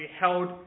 held